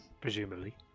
presumably